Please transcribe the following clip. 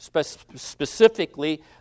Specifically